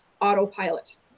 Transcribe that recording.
autopilot